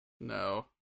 No